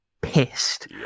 pissed